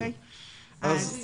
שציינת,